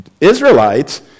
Israelites